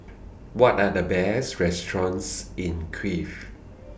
What Are The Best restaurants in Kiev